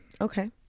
Okay